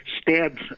stab